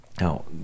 Now